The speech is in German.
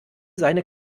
seine